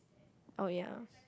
oh ya